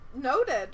Noted